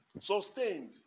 Sustained